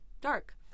dark